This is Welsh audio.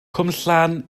cwmllan